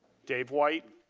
dave white,